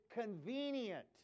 convenient